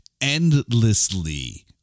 endlessly